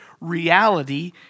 reality